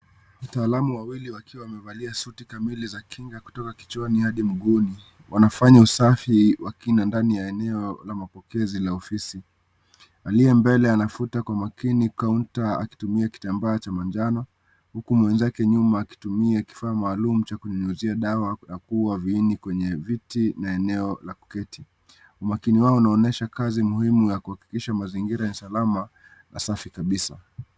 Wataalamu wawili wakiwa wamevalia suti kamili za kinga kutoka kichwani hadi miguuni, Wanafanya usafi wa kina ndani ya eneo la mapokezi la ofisi aliye mbele anafuta kwa makini(cs)counter(cs) akitumia kitambaa cha manjano huku mwenzake nyuma akitumia kifaa maalum cha kunyunyuzia dawa ya kuuwa viini kwenye viti na eneo la kuketi, Umakini wao yanaonyesha kazi muhimu yakuhakikisha mazingara ni salama na safi kabisa.